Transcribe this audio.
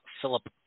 Philip